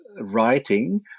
writing